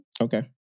Okay